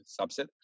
subset